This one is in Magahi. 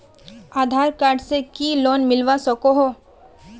आधार कार्ड से की लोन मिलवा सकोहो?